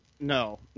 no